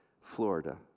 Florida